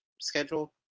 schedule